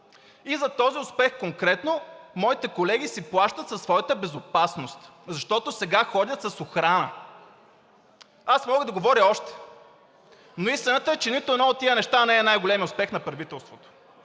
И зад този успех конкретно моите колеги си плащат със своята безопасност, защото сега ходят с охрана. Аз мога да говоря още, но истината е, че нито едно от тези неща не е най-големият успех на правителството.